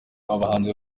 abahanzi